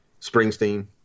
Springsteen